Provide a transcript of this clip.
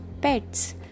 pets